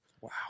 Wow